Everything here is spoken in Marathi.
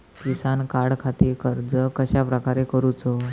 किसान कार्डखाती अर्ज कश्याप्रकारे करूचो?